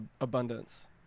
abundance